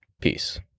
Peace